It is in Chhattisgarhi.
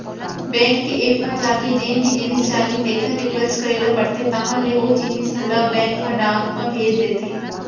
बेंक के ऐप म जाके जेन भी जिनिस चाही तेकर रिक्वेस्ट करे ल परथे तहॉं ले ओ जिनिस ल बेंक ह डाक म भेज देथे